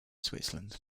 switzerland